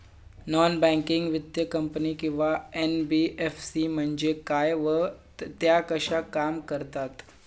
Non banking वित्तीय company किंवा NBFC म्हणजे काय व त्या कशा काम करतात?